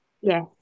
Yes